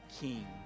King